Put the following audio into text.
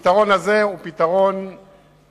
הפתרון הזה הוא פתרון ביניים,